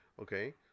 Okay